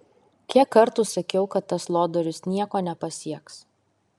kiek kartų sakiau kad tas lodorius nieko nepasieks